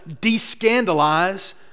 de-scandalize